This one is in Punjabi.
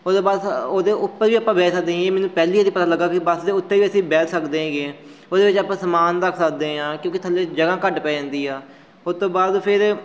ਉਹਦੇ ਪਾਸ ਉਹਦੇ ਉੱਪਰ ਵੀ ਆਪਾਂ ਬਹਿ ਸਕਦੇ ਸੀ ਇਹ ਮੈਨੂੰ ਪਹਿਲੀ ਵਾਰੀ ਪਤਾ ਲੱਗਾ ਕਿ ਬੱਸ ਦੇ ਉੱਤੇ ਵੀ ਅਸੀਂ ਬਹਿ ਸਕਦੇ ਹੈਗੇ ਆ ਉਹਦੇ ਵਿੱਚ ਆਪਾਂ ਸਮਾਨ ਰੱਖ ਸਕਦੇ ਹਾਂ ਕਿਉਂਕਿ ਥੱਲੇ ਜਗ੍ਹਾ ਘੱਟ ਪੈ ਜਾਂਦੀ ਆ ਉਸ ਤੋਂ ਬਾਅਦ ਫਿਰ